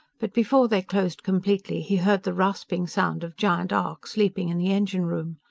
but before they closed completely he heard the rasping sound of giant arcs leaping in the engine room.